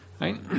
Right